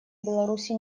беларуси